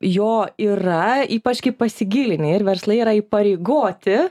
jo yra ypač kai pasigilini ir verslai yra įpareigoti